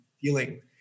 feeling